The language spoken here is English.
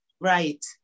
Right